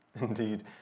indeed